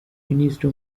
minisitiri